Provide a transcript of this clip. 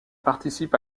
participe